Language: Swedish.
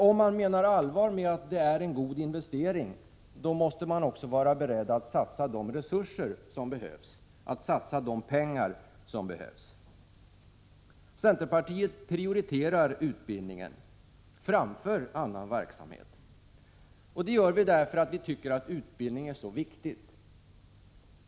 Om man menar allvar med att det är en god investering, då måste man nämligen också vara beredd att satsa de resurser som behövs. Centerpartiet prioriterar utbildningen framför annan verksamhet. Det gör vi därför att vi tycker att det är så viktigt med utbildning.